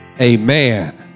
Amen